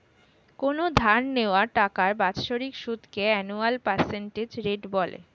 কোনো ধার নেওয়া টাকার বাৎসরিক সুদকে অ্যানুয়াল পার্সেন্টেজ রেট বলে